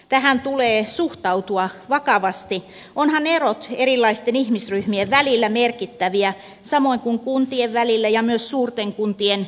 tähän tulee suhtautua vakavasti ovathan erot erilaisten ihmisryhmien välillä merkittäviä samoin kuin kuntien välillä ja myös suurten kuntien sisällä